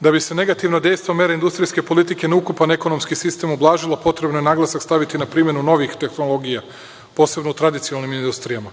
da bi se negativno dejstvo mere industrijske politike na ukupan ekonomski sistem ublažilo, potrebno je naglasak staviti na primenu novih tehnologija, posebno u tradicionalnim industrijama.